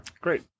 Great